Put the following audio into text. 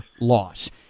loss